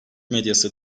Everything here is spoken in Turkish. medyası